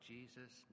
Jesus